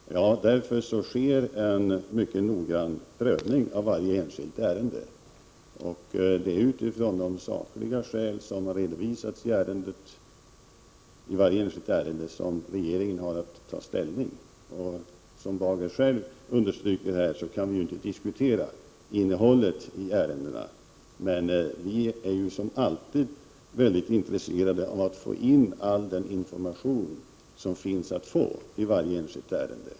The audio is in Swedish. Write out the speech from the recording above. Därför sker en mycket noggrann prövning av varje enskilt ärende. Med utgångspunkt i de sakliga skäl som redovisas i varje enskilt ärende har regeringen att ta ställning. Som Erling Bager själv underströk kan vi inte diskutera innehållet i ärendena, men vi är som alltid väldigt intresserade av att få in all den information som finns att få i varje enskilt ärende.